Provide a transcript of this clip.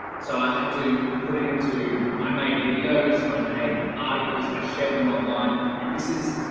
so i had to put it into i made videos, i made articles, i shared them online. and this is